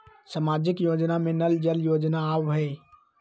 सामाजिक योजना में नल जल योजना आवहई?